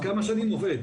זה לא חדש.